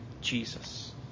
Jesus